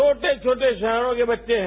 छोटे छोटे शहरी के बच्चे हैं